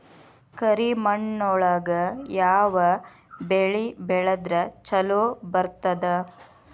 ಕರಿಮಣ್ಣೊಳಗ ಯಾವ ಬೆಳಿ ಬೆಳದ್ರ ಛಲೋ ಬರ್ತದ?